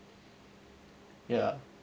ya